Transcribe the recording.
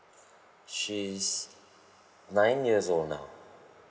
she's nine years old now